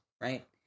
right